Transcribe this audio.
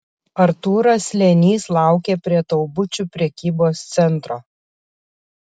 artūras slėnys laukė prie taubučių prekybos centro